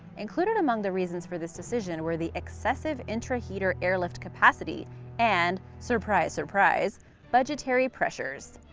included among the reasons for this decision were the excessive intratheater airlift capacity and surprise, surprise budgetary pressures.